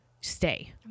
stay